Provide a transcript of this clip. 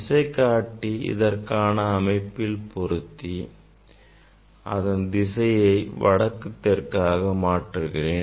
திசைகாட்டி இதற்கான அமைப்பில் பொருத்தி அதன் திசையை வடக்கு தெற்காக மாற்றுகிறேன்